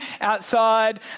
Outside